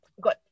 good